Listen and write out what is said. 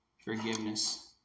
forgiveness